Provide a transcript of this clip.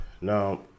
now